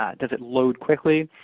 ah does it load quickly?